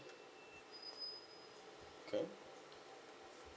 okay